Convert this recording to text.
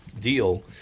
deal